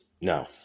No